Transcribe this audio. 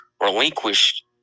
relinquished